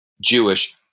Jewish